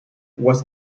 was